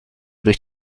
durch